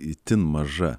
itin maža